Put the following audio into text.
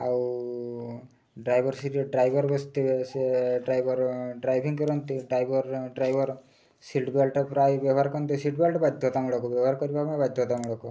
ଆଉ driver seat driver ବସିଥିବେ ସେ ଡ୍ରାଇଭର୍ ଡ୍ରାଇଭିଂ କରନ୍ତି ଡ୍ରାଇଭର୍ ଡ୍ରାଇଭର୍ ସିଟ୍ ବେଲ୍ଟଟା ପ୍ରାୟ ବ୍ୟବହାର କରନ୍ତେ ସିଟ୍ ବେଲ୍ଟ୍ ବାଧ୍ୟତାମୂଳକ ବ୍ୟବହାର କରିବା ପାଇଁ ବାଧ୍ୟତାମୂଳକ